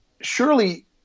surely